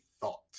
Thought